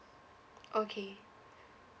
okay